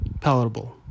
palatable